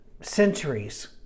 centuries